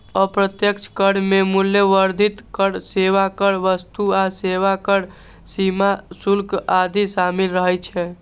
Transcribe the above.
अप्रत्यक्ष कर मे मूल्य वर्धित कर, सेवा कर, वस्तु आ सेवा कर, सीमा शुल्क आदि शामिल रहै छै